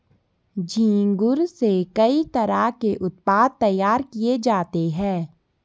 झींगुर से कई तरह के उत्पाद तैयार किये जाते है